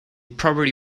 property